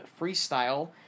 freestyle